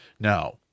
now